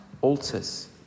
altars